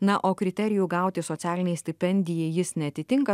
na o kriterijų gauti socialinei stipendiją jis neatitinka